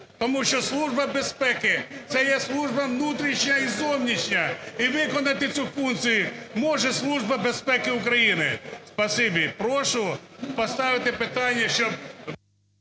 тому що Служба безпеки – це є служба внутрішня і зовнішня, і виконати цю функцію може Служба безпеки України. Спасибі. Прошу поставити питання, щоб…